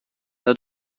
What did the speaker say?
der